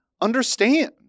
understand